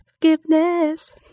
forgiveness